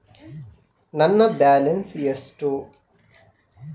ನನ್ನ ಬ್ಯಾಲೆನ್ಸ್ ಎಷ್ಟು?